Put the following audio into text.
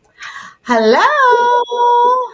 Hello